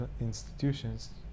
institutions